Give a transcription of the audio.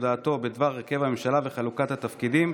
הודעתו בדבר הרכב הממשלה וחלוקת התפקידים.